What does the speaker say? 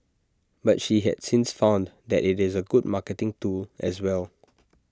but she has since found that IT is A good marketing tool as well